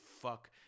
fuck